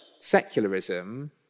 secularism